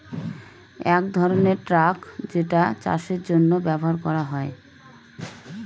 এক ধরনের ট্রাক যেটা চাষের জন্য ব্যবহার করা হয়